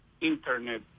Internet